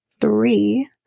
three